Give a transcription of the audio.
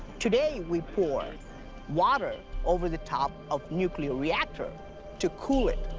today, we pour water over the top of nuclear reactor to cool it.